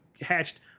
hatched